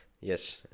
yes